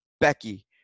Becky